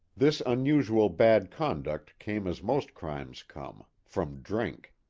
this unusual bad conduct came as most crimes come, from drink.